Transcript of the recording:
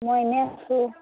মই এনেই আছোঁ